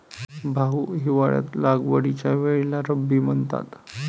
भाऊ, हिवाळ्यात लागवडीच्या वेळेला रब्बी म्हणतात